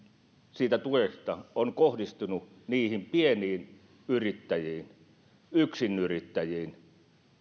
siitä tuesta on kohdistunut niihin pieniin yrittäjiin yksinyrittäjiin